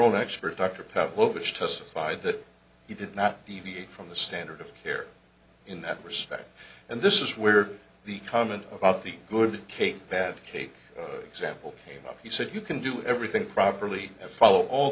own expert dr pao which testified that he did not deviate from the standard of care in that respect and this is where the comment about the good cape bad cape example came up he said you can do everything properly and follow all